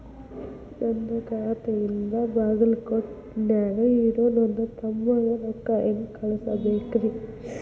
ನನ್ನ ಖಾತೆಯಿಂದ ಬಾಗಲ್ಕೋಟ್ ನ್ಯಾಗ್ ಇರೋ ನನ್ನ ತಮ್ಮಗ ರೊಕ್ಕ ಹೆಂಗ್ ಕಳಸಬೇಕ್ರಿ?